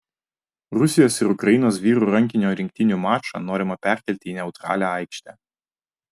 rusijos ir ukrainos vyrų rankinio rinktinių mačą norima perkelti į neutralią aikštę